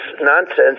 nonsense